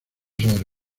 sobre